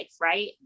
Right